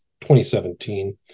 2017